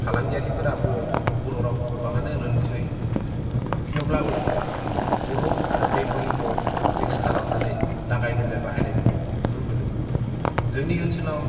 फालांगिरियाबो बर' रावखौ गोबांयानो रोंसै थेवब्लाबो बर' आरो बेंगलिखौ मिक्स खालामनानै लागाय मोनदेर बाहायनायखौ नुनो मोनो जोंनि ओनसोलाव